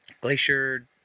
Glacier